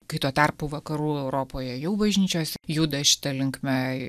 kai tuo tarpu vakarų europoje jau bažnyčios juda šita linkme